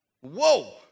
whoa